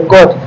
God